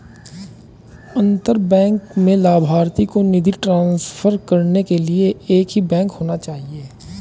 अंतर बैंक में लभार्थी को निधि ट्रांसफर करने के लिए एक ही बैंक होना चाहिए